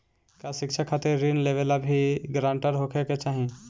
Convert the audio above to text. का शिक्षा खातिर ऋण लेवेला भी ग्रानटर होखे के चाही?